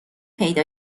پیدا